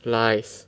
lies